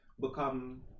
become